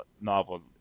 novel